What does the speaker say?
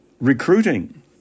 recruiting